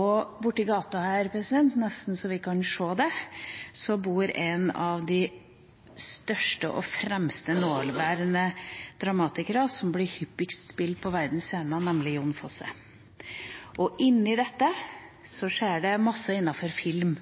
Og borti gata her – nesten så vi kan se det – bor en av de største og fremste nåværende dramatikerne, som blir hyppigst spilt på verdens scener, nemlig Jon Fosse. Oppi dette skjer det en masse innenfor film